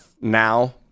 now